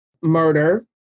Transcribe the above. murder